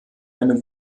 eine